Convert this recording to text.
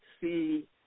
see